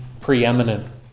preeminent